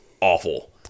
awful